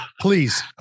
please